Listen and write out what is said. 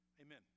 Amen